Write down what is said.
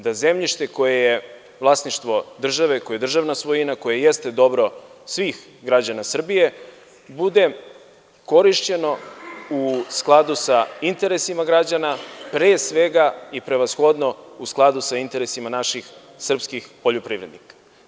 Da zemljište koje u vlasništvu države, državna svojina, koje jeste dobro svih građana Srbije bude korišćeno u skladu sa interesima građana, pre svega i prevashodno u skladu sa interesima naših srpskih poljoprivrednika.